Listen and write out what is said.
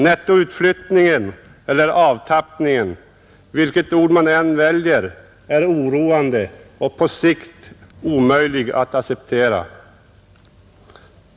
Nettoutflyttningen eller avtappningen — vilket ord man än väljer — är oroande och på sikt omöjlig att acceptera.